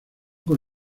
con